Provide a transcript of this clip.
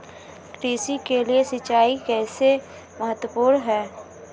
कृषि के लिए सिंचाई कैसे महत्वपूर्ण है?